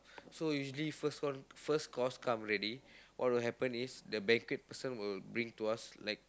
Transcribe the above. so usually first co~ first course come ready what will happen is the banquet person will bring to us like